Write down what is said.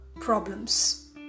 problems